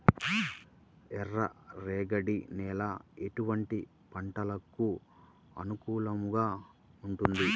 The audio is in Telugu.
ఎర్ర రేగడి నేల ఎటువంటి పంటలకు అనుకూలంగా ఉంటుంది?